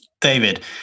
David